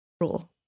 rule